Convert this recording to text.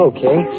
Okay